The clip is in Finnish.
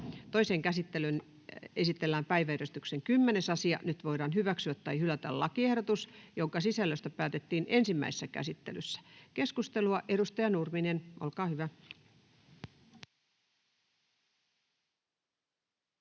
Toiseen käsittelyyn esitellään päiväjärjestyksen 6. asia. Nyt voidaan hyväksyä tai hylätä lakiehdotus, jonka sisällöstä päätettiin ensimmäisessä käsittelyssä. Keskustelu asiasta päättyi